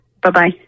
Bye-bye